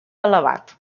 elevat